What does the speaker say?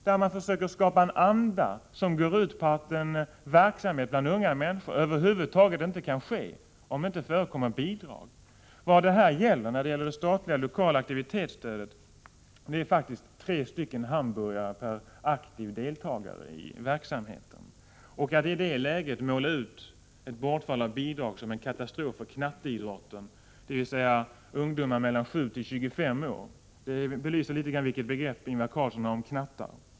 De försöker skapa en anda som går ut på att en verksamhet bland unga människor över huvud taget inte kan förekomma om det inte ges bidrag. Det statliga lokala aktivitetsstödet innebär faktiskt tre hamburgare per aktiv deltagare i verksamheten. Att i det läget måla ut ett bortfall av bidraget som en katastrof för knatteidrotten — dvs. ungdomar mellan 7 och 25 år — belyser litet grand vilket begrepp Ingvar Carlsson har om knattar.